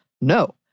No